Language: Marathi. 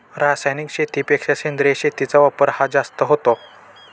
रासायनिक शेतीपेक्षा सेंद्रिय शेतीचा वापर हा जास्त होतो